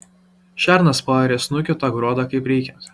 šernas paarė snukiu tą gruodą kaip reikiant